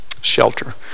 shelter